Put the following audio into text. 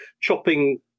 chopping